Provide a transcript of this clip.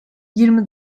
yirmi